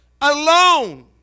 alone